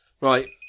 Right